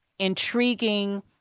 intriguing